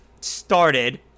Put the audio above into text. started